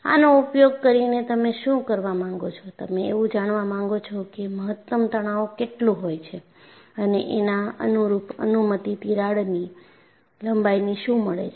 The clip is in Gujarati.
આનો ઉપયોગ કરીને તમે શું કરવા માંગો છો તમે એવું જાણવા માગો છો કે મહત્તમ તણાવ કેટલું હોય છે અને એના અનુરૂપ અનુમતિ તિરાડની લંબાઈની શું મળે છે